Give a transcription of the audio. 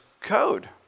code